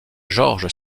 george